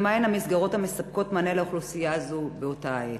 2. מה הן המסגרות המספקות מענה לאוכלוסייה זו באותה העת?